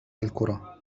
الكرة